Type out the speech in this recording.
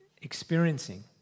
experiencing